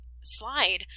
slide